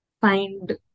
find